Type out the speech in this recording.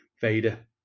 Vader